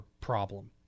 problem